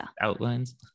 outlines